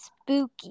spooky